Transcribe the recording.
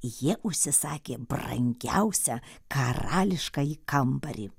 jie užsisakė brangiausią karališkąjį kambarį